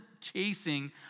chasing